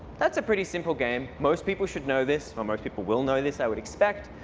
that's a pretty simple game. most people should know this, or most people will know this i would expect.